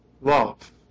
love